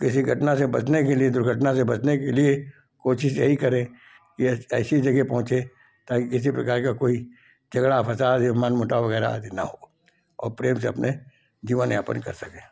किसी घटना से बचने के लिए दुर्घटना से बचने के लिए कोशिश यही करें ऐसी जगह पहुँचे ताकि किसी प्रकार का कोई झगड़ा फसाद मनमुटाव वगैरह आदि ना हो और प्रेम से अपने जीवन यापन कर सकें